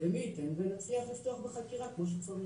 ומי ייתן ונצליח לפתוח בחקירה כמו שצריך.